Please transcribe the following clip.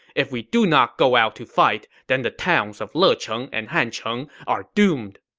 if we do not go out to fight, then the towns of lecheng and hancheng are doomed.